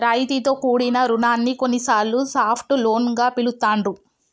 రాయితీతో కూడిన రుణాన్ని కొన్నిసార్లు సాఫ్ట్ లోన్ గా పిలుత్తాండ్రు